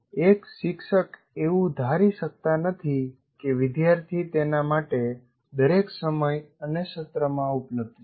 એક શિક્ષક એવું ધારી શકતા નથી કે વિદ્યાર્થી તેના માટે દરેક સમય અને સત્રમાં ઉપલબ્ધ છે